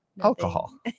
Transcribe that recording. alcohol